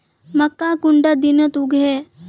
मक्का कुंडा दिनोत उगैहे?